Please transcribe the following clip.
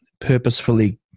purposefully